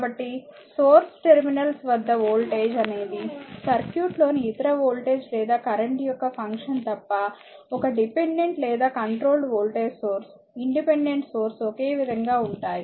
కాబట్టిసోర్స్ terminals వద్ద voltage అనేది circuit లోని ఇతర వోల్టేజ్ లేదా కరెంట్ యొక్క ఫంక్షన్ తప్పఒక డిపెండెంట్ లేదా controlled voltage source independent source ఒకేవిధంగా ఉంటాయి